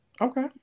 Okay